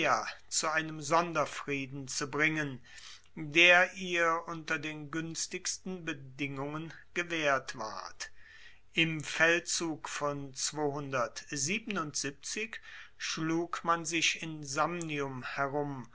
zu einem sonderfrieden zu bringen der ihr unter den guenstigsten bedingungen gewaehrt ward im feldzug von schlug man sich in samnium herum